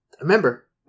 Remember